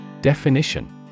Definition